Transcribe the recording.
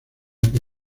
que